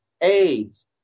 AIDS